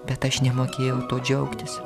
bet aš nemokėjau tuo džiaugtis